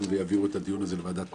ויעבירו את הדיון הזה לוועדת בחירות,